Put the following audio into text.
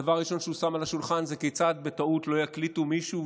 הדבר הראשון שהוא שם על השולחן זה כיצד בטעות לא יקליטו מישהו.